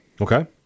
Okay